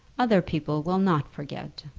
other people will not forget.